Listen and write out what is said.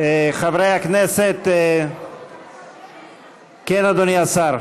חברי הכנסת, כן, אדוני השר.